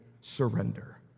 surrender